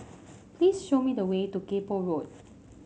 please show me the way to Kay Poh Road